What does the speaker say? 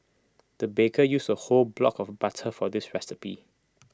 the baker used A whole block of butter for this recipe